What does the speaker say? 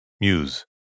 Muse